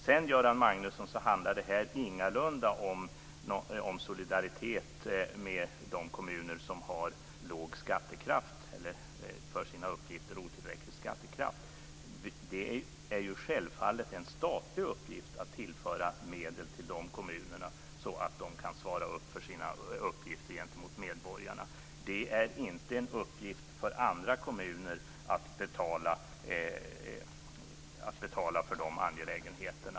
Det handlar ingalunda om solidaritet med de kommuner som har låg skattekraft eller för sina uppgifter otillräcklig skattekraft, Göran Magnusson. Det är självfallet en statlig uppgift att tillföra medel till dessa kommuner så att de kan svara upp till sina uppgifter gentemot medborgarna. Det är inte en uppgift för andra kommuner att betala för dessa angelägenheter.